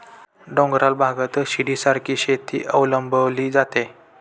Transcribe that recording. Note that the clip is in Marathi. डोंगराळ भागात शिडीसारखी शेती अवलंबली जाते